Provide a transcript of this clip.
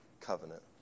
covenant